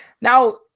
Now